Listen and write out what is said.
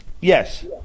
Yes